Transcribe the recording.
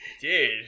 Dude